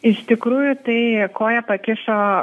iš tikrųjų tai koją pakišo